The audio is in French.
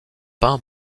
peint